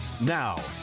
Now